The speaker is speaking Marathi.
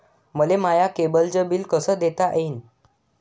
मले माया केबलचं बिल कस देता येईन?